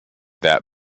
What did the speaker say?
that